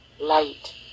light